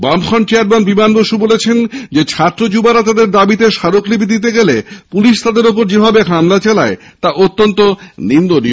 বামফ্রন্ট চেয়ারম্যান বিমান বসু বলেছেন ছাত্র যুবরা তাদের দাবিতে স্মারকলিপি দিতে গেলে পুলিশ তাদের ওপর যেভাবে হামলা চালায় তা অত্যন্ত নিন্দনীয়